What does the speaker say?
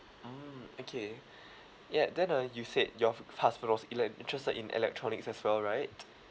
mm okay yup then uh you said your husband was elec~ interested in electronics as well right